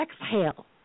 exhale